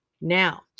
now